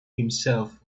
himself